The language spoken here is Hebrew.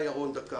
תודה.